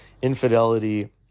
Infidelity